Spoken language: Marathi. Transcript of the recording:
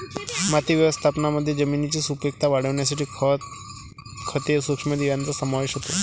माती व्यवस्थापनामध्ये जमिनीची सुपीकता वाढवण्यासाठी खत, खते, सूक्ष्मजीव यांचा समावेश होतो